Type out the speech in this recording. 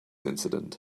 incident